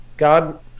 God